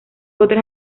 otras